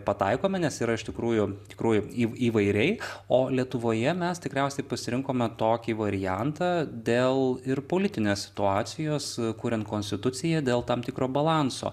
pataikome nes yra iš tikrųjų tikrųjų įvairiai o lietuvoje mes tikriausiai pasirinkome tokį variantą dėl ir politinės situacijos kuriant konstituciją dėl tam tikro balanso